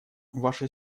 ваша